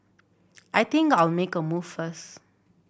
I think I'll make a move first